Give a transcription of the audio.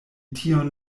tion